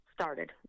started